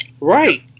Right